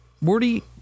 Morty